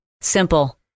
Simple